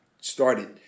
started